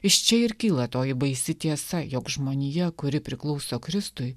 iš čia ir kyla toji baisi tiesa jog žmonija kuri priklauso kristui